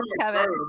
Kevin